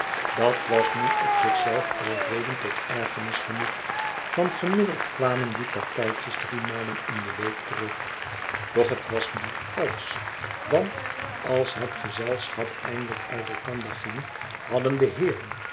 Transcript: dat was nu op zichzelf al reden tot ergernis genoeg want gemiddeld kwamen die partijtjes drie malen in de week terug doch het was niet alles want als het gezelschap eindelijk uit elkander ging hadden de heeren